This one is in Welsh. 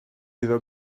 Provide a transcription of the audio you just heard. iddo